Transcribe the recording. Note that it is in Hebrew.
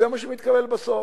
זה מה שמתקבל בסוף.